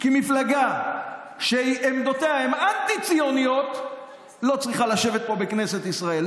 כי מפלגה שעמדותיה הן אנטי-ציוניות לא צריכה לשבת פה בכנסת ישראל.